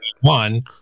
one